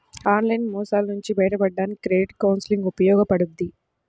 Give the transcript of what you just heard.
online మోసాల నుంచి బయటపడడానికి క్రెడిట్ కౌన్సిలింగ్ ఉపయోగపడుద్ది